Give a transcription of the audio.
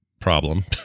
problem